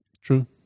True